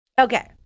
okay